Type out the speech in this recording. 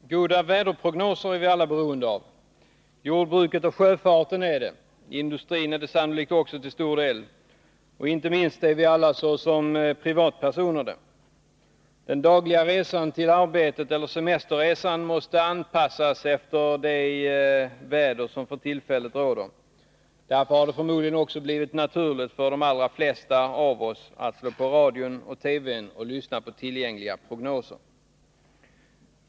Herr talman! Goda väderprognoser är vi alla beroende av. Jordbruket och sjöfarten, sannolikt också industrin till stor del och inte minst vi alla som privatpersoner är det. Den dagliga resan till arbetet eller semesterresan måste anpassas efter det väder som för tillfället råder. Därför har det förmodligen också blivit naturligt för de allra flesta av oss att slå på radion eller TV och lyssna på tillgängliga prognoser.